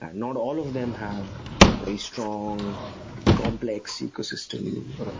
and not all of them have a strong complex ecosystem,